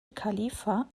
khalifa